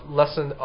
lesson